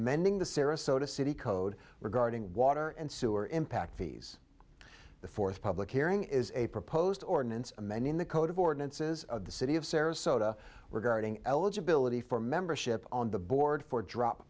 amending the sarasota city code regarding water and sewer impact fees the fourth public hearing is a proposed ordinance amend in the code of ordinances of the city of sarasota were guarding eligibility for membership on the board for drop